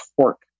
torque